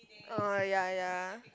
oh ya ya